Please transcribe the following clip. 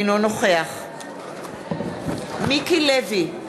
אינו נוכח מיקי לוי,